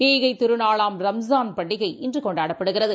ஈகைத் திருநாளாம் ரம்ஜான் பண்டிகை இன்றுகொண்டாடப்படுகிறது